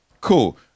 Cool